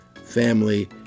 family